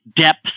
depth